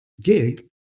gig